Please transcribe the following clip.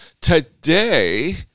today